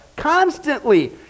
constantly